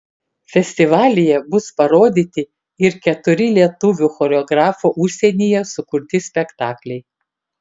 festivalyje bus parodyti ir keturi lietuvių choreografų užsienyje sukurti spektakliai